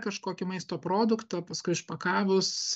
kažkokį maisto produktą paskui išpakavus